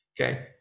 okay